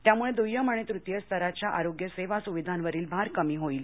त्यामुळे दय्यम आणि तृतिय स्तराच्या आरोग्यसेवा सुविधांवरील भार कमी होईल